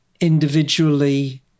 individually